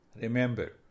Remember